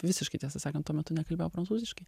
visiškai tiesą sakant tuo metu nekalbėjau prancūziškai